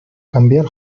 cambiar